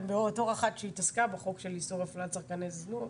אחת שהתעסקה בחוק של איסור אפליית צרכני זנות,